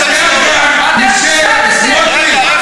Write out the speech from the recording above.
הכנסת תחליט בעניין, לא?